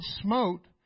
smote